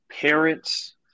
parents